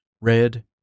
Red